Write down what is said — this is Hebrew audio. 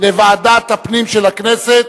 לוועדת הפנים של הכנסת,